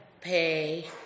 pay